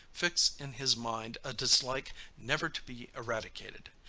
fix in his mind a dislike never to be eradicated.